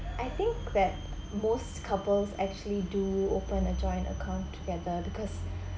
I think that most couples actually do open a joint account together because